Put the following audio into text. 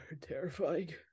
terrifying